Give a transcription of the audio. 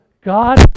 God